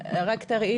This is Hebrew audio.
מרינה, את לא צריכה